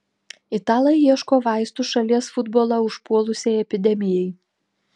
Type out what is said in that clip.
italai ieško vaistų šalies futbolą užpuolusiai epidemijai